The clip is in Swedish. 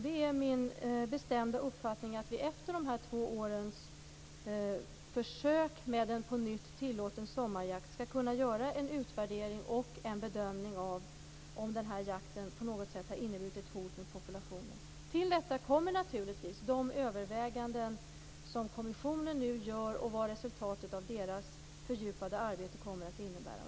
Det är min bestämda uppfattning att vi efter de här två årens försök med en på nytt tillåten sommarjakt skall kunna göra en utvärdering och en bedömning av om den här jakten på något sätt har inneburit ett hot mot populationen. Till detta kommer naturligtvis de överväganden som kommissionen nu gör och vad resultatet av deras fördjupade arbete kommer att innebära.